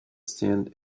stand